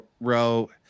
row